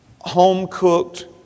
home-cooked